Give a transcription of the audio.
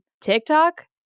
TikTok